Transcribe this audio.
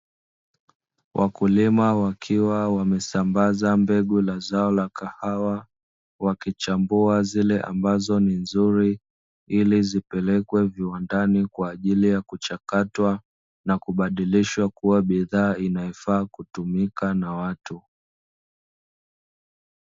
Wakulima wakiwa wamesambaza mbegu la zao la kahawa, wakichambua zile ambazo ni nzuri ili zipelekwe viwandani kwa ajili ya kuchakatwa na kubadilishwa kuwa bidhaa inayoweza kutumika na watu.